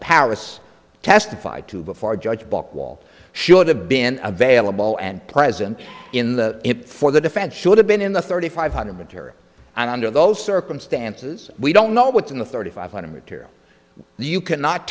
paris testified to before judge block wall should have been available and present in the for the defense should have been in the thirty five hundred material and under those circumstances we don't know what's in the thirty five hundred material the you cannot